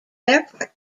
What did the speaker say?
airport